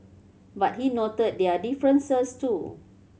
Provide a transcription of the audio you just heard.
but he noted their differences too